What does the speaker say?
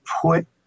put